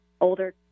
older